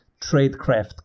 Tradecraft